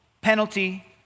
penalty